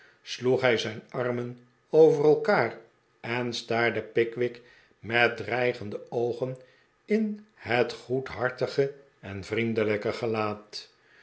sloeg hij zijn armen over elkaar en staarde pickwick met dreigende oogen in het goedhartige en vriendelijke gelaat